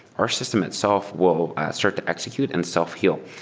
our system itself will start to execute and self-heal.